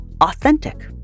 authentic